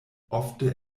ofte